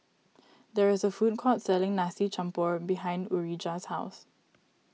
there is a food court selling Nasi Campur behind Urijah's house